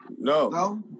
No